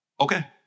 Okay